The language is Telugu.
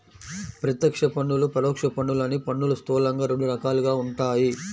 ప్రత్యక్ష పన్నులు, పరోక్ష పన్నులు అని పన్నులు స్థూలంగా రెండు రకాలుగా ఉంటాయి